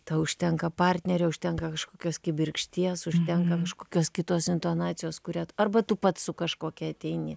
tau užtenka partnerio užtenka kažkokios kibirkšties užtenka kažkokios kitos intonacijos kuria arba tu pats su kažkokia ateini